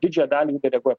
didžiąją dalį jų deleguoja